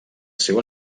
seu